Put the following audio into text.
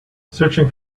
searching